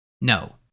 no